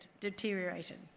deteriorated